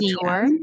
tour